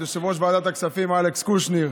יושב-ראש ועדת הכספים אלכס קושניר